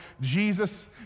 Jesus